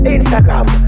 Instagram